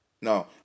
No